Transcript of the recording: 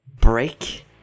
break